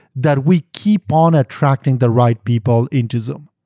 that we keep on attracting the right people into zoom.